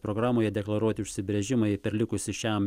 programoje deklaruoti užsibrėžimai per likusį šiam